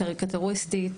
קריקטוריסטית,